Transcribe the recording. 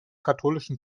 katholischen